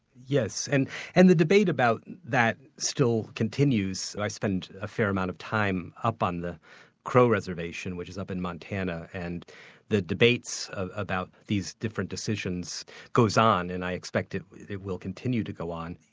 yes. and and the debate about that still continues. i spend a fair amount of time up on the crow reservation which is up in montana and the debates about these different decisions goes on, and i expect it it will continue to go on,